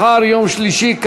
לא, לא.